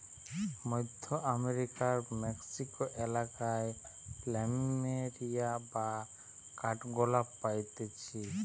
মধ্য আমেরিকার মেক্সিকো এলাকায় প্ল্যামেরিয়া বা কাঠগোলাপ পাইতিছে